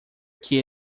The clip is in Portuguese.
que